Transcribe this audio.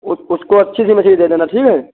उस उसको अच्छी सी मछली दे देना ठीक है